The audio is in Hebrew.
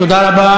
אוקיי, תודה רבה.